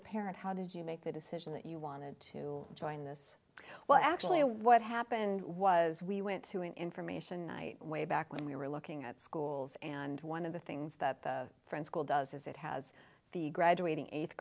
a parent how did you make the decision that you wanted to join this well actually what happened was we went to an information ite way back when we were looking at schools and one of the things that friends school does is it has the graduating eighth